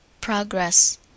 Progress